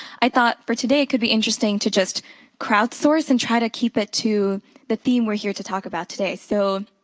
i thought, for today, it could be interesting to just crowdsource and try to keep it to the theme we're here to talk about today. so